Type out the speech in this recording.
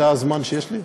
זה הזמן שיש לי?